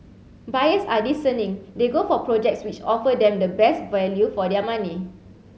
buyers are discerning they go for projects which offer them the best value for their money